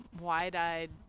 wide-eyed